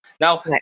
now